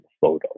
photo